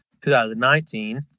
2019